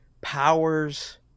powers